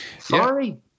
Sorry